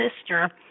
sister